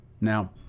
Now